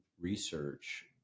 research